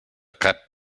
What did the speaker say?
cap